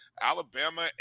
Alabama